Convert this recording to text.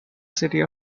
city